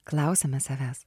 klausiame savęs